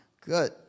Good